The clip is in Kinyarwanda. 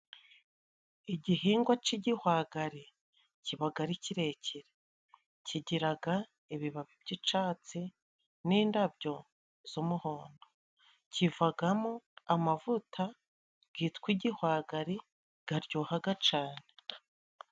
igihingwa c'igihwagari kibaga ari kirekire, kigiraga ibibabi by'icatsi n'indabyo z'umuhondo. Kivagamo amavuta gitwa igihwagari garyohaga cane.